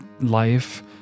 life